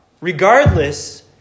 regardless